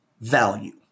value